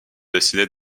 dessiner